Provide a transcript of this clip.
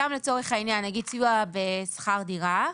סתם לצורך העניין, נגיד סיוע בשכר דירה,